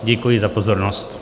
Děkuji za pozornost.